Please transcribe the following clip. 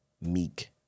meek